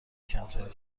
کمتری